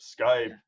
Skype